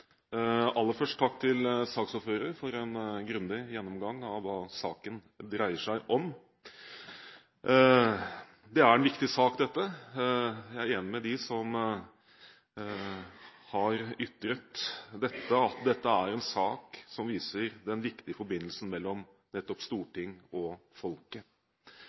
Aller først: Takk til saksordføreren for en grundig gjennomgang av hva saken dreier seg om. Dette er en viktig sak. Jeg er enig med dem som har ytret at dette er en sak som viser den viktige forbindelsen mellom nettopp Stortinget og folket.